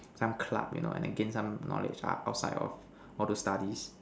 some club you know and then gain some knowledge ah outside of all those studies